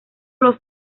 los